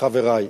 חברי,